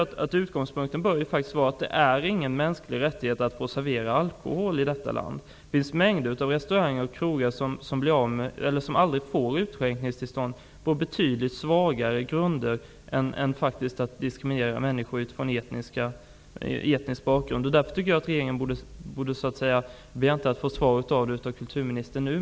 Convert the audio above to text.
Utgångspunkten bör vara att det inte är en mänsklig rättighet att få servera alkohol i vårt land. Det finns mängder av restauranger och krogar som på betydligt svagare grunder än etnisk diskriminering aldrig får utskänkningstillstånd. Jag begär inte ett svar av kulturministern nu.